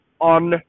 on